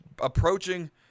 approaching